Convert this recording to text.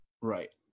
Right